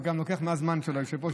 הוא לוקח גם מהזמן של היושב-ראש.